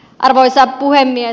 arvoisa puhemies